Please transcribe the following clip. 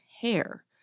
hair